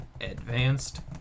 advanced